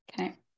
Okay